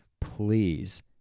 please